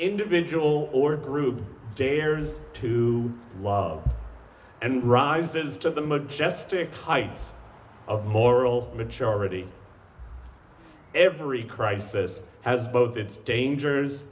individual or group dares to love and rises to the majestic tide of moral majority every crisis has both its dangers